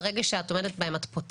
ואז, ברגע שאת עומדת בהם, את פותחת,